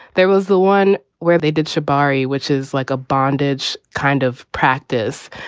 there was the one where they did shabani, which is like a bondage kind of practice.